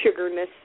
sugarness